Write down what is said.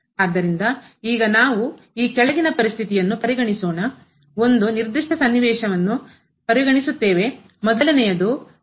ಆದ್ದರಿಂದ ಈಗ ನಾವು ಈ ಕೆಳಗಿನ ಪರಿಸ್ಥಿತಿಯನ್ನು ಪರಿಗಣಿಸೋಣ ಒಂದು ನಿರ್ದಿಷ್ಟ ಸನ್ನಿವೇಶವನ್ನು ಪರಿಗಣಿಸುತ್ತೇವೆ ಮೊದಲನೆಯದು m